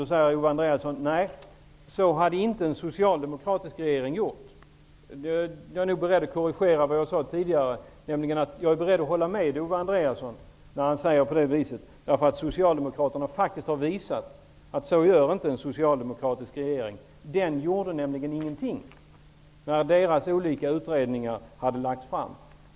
Då säger Owe Andréasson att en socialdemokratisk regering inte hade gjort på det här sättet. Jag är därför beredd att korrigera det jag sade tidigare. Jag är nämligen beredd att hålla med Owe Andréasson när han säger så. Socialdemokraterna har ju faktiskt visat att en socialdemokratisk regering inte gör så. Den gjorde nämligen ingenting när resultaten av de olika utredningarna hade lagts fram.